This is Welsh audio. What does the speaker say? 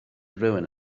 rhywun